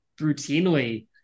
routinely